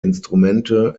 instrumente